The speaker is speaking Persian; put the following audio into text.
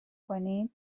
کنین